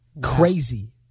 Crazy